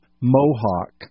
mohawk